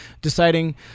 deciding